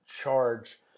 charge